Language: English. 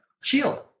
shield